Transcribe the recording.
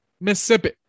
Mississippi